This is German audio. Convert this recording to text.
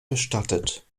bestattet